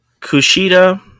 Kushida